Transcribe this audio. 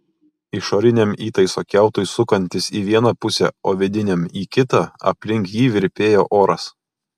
išoriniam įtaiso kiautui sukantis į vieną pusę o vidiniam į kitą aplink jį virpėjo oras